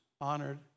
honored